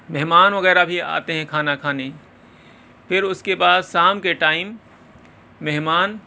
مہمان وغیرہ بھی آتے ہیں کھانا کھانے پھر اس کے بعد شام کے ٹائم مہمان